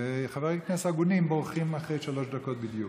וחברי כנסת הגונים בורחים אחרי שלוש דקות בדיוק.